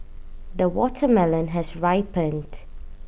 the watermelon has ripened